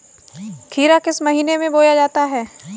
खीरा किस महीने में बोया जाता है?